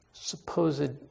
Supposed